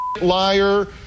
liar